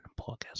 podcast